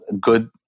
good